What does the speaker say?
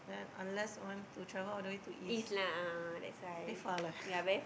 then unless I want to travel all the way to east very far leh